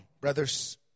brothers